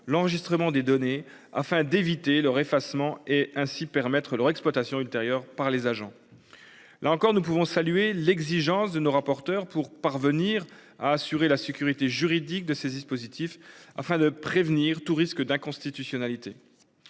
l'enregistrement des données afin d'éviter leur effacement et ainsi permettre leur exploitation ultérieure par les agents. Là encore nous pouvons saluer l'exigence de nos rapporteurs pour parvenir à assurer la sécurité juridique de ces dispositifs afin de prévenir tout risque d'inconstitutionnalité.